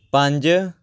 ਪੰਜ